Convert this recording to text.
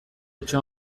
etxe